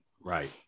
right